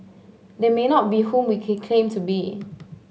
they may not be whom we claim to be